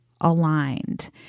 aligned